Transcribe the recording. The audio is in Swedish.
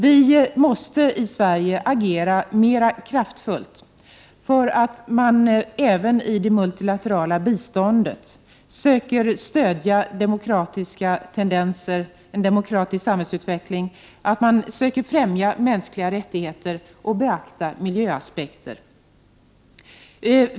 Vi i Sverige måste agera mera kraftfullt för att man även i det multilaterala biståndet söker stödja demokratiska tendenser, en demokratisk samhällsutveckling, och för att man söker främja mänskliga rättigheter och beakta miljöaspekter.